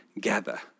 gather